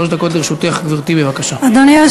שלוש דקות לרשותך, גברתי.